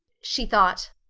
she thought.